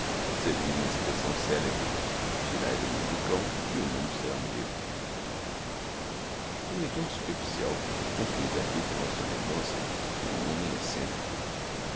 segundo uma expressão célebre tirai do mundo o cão e o mundo será um ermo o leitor superficial conclui daqui que o nosso mendonça era um homem excêntrico